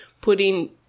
putting